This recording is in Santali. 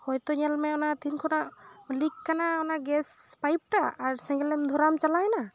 ᱦᱚᱭᱛᱳ ᱧᱮᱞᱢᱮ ᱛᱤᱱ ᱠᱷᱚᱱᱟᱜ ᱞᱤᱠ ᱠᱟᱱᱟ ᱚᱱᱟ ᱜᱮᱥ ᱯᱟᱭᱤᱯᱴᱟᱜ ᱟᱨ ᱥᱮᱸᱜᱮᱞ ᱫᱷᱚᱨᱟᱣ ᱮᱢ ᱪᱟᱞᱟᱣᱱᱟ